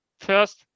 First